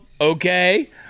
okay